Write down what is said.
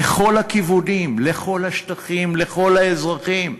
לכל הכיוונים, לכל השטחים, לכל האזרחים.